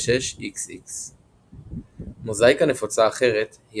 45X0/46XX. מוזאיקה נפוצה אחרת היא